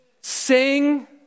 Sing